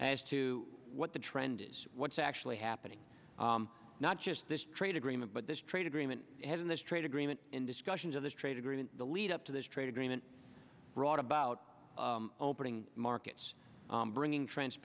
as to what the trend is what's actually happening not just the trade agreement but this trade agreement having this trade agreement in discussions of the trade agreement the lead up to this trade agreement brought about opening markets bringing